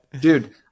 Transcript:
Dude